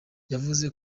yavuze